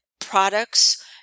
products